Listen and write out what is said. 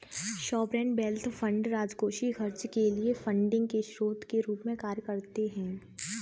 sovereign wealth fund राजकोषीय खर्च के लिए फंडिंग के स्रोत के रूप में कार्य करते हैं